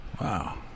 Wow